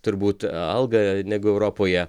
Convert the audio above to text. turbūt algą negu europoje